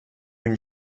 une